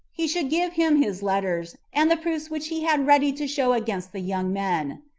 he should give him his letters, and the proofs which he had ready to show against the young men.